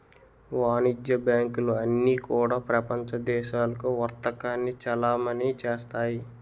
వాణిజ్య బ్యాంకులు అన్నీ కూడా ప్రపంచ దేశాలకు వర్తకాన్ని చలామణి చేస్తాయి